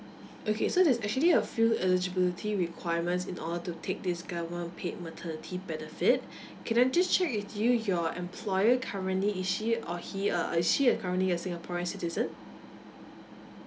okay so there's actually a few eligibility requirements in order to take this government paid maternity benefit can I just check with you your employer currently is she or he a is she a currently a singaporean citizen